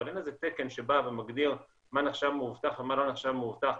אבל אין תקן שמגדיר מה נחשב מאובטח ומה לא נחשב מאובטח,